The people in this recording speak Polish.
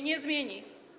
Nie zmieni.